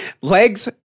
Legs